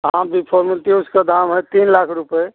हाँ V four मिलती है उसका दाम है तीन लाख रुपये